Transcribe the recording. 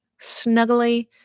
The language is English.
snuggly